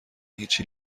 هیچی